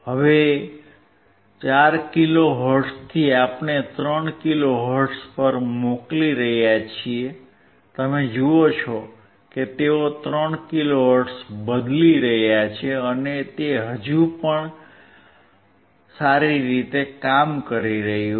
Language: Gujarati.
હવે 4 કિલોહર્ટ્ઝથી આપણે 3 કિલો હર્ટ્ઝ પર મોકલી રહ્યા છીએ તમે જુઓ છો કે તેઓ 3 કિલો હર્ટ્ઝ બદલી રહ્યા છે અને તે હજુ પણ તે સારી રીતે કામ કરી રહ્યું છે